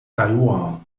taiwan